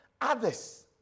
others